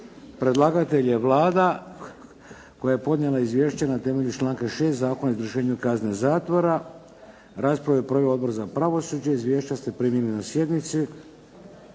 Predlagatelj je Vlada koja je podnijela izvješće na temelju članka 6. Zakona o izvršenju kazne zatvora. Raspravu je proveo Odbor za pravosuđe. Izvješća ste primili na sjednici.